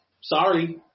Sorry